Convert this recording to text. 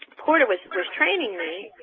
porter was was training me,